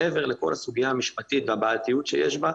מעבר לכל הסוגיה המשפטית והבעייתיות שיש בה,